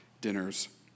dinners